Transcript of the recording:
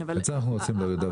את זה אנחנו רוצים להוריד.